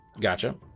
Gotcha